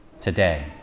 today